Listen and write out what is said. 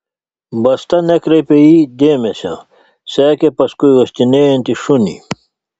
basta nekreipė į jį dėmesio sekė paskui uostinėjantį šunį